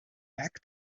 back